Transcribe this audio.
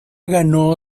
ganó